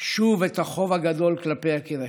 שוב את החוב הגדול כלפי יקיריכן,